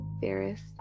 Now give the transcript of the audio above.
theorist